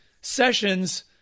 Sessions